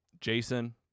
Jason